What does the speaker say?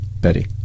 Betty